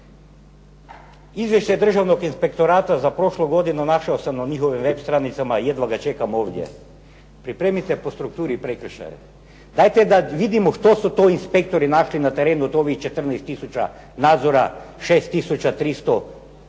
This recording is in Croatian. Izvješće Državnog inspektorata za prošlu godinu, našao sam ga na njihovim web stranicama, jedva ga čekam ovdje, pripremit je po strukturi prekršaja, dajte da vidimo što su to inspektori našli na terenu od ovih 14 tisuća nadzora, 6300 prijava